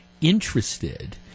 interested